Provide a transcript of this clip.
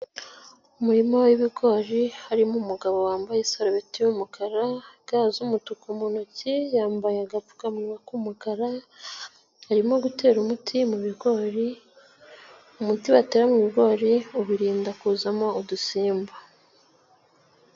Umurima w'ibigori harimo umugabo wambaye isarubeti y'umukara, ga z'umutuku mu ntoki, yambaye agapfukamunwa k'umukara, arimo gutera umuti mu bigori, umuti batera mu bigori ubirinda kuzamo udusimba.